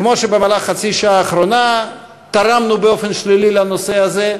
כמו שבחצי השעה האחרונה תרמנו באופן שלילי לנושא הזה,